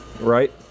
right